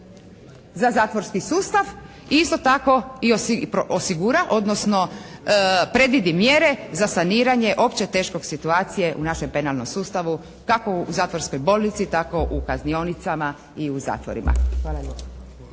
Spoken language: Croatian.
za zatvorski sustav i isto tako osigura, odnosno predvidi mjere za saniranje opće teško situacije u našem penalnom sustavu kako u zatvorskoj bolnici, tako u kaznionicama i u zatvorima.